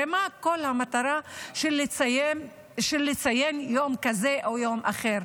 הרי מה כל המטרה לציין יום כזה או יום אחר?